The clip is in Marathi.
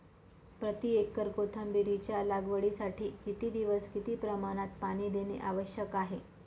प्रति एकर कोथिंबिरीच्या लागवडीसाठी किती दिवस किती प्रमाणात पाणी देणे आवश्यक आहे?